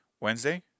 Wednesday